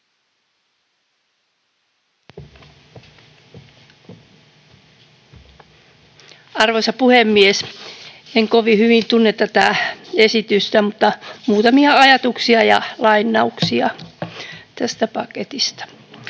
Arvoisa puhemies! En kovin hyvin tunne tätä esitystä, mutta muutamia ajatuksia ja lainauksia tästä paketista.